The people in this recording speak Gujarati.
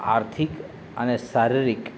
આર્થિક અને શારીરિક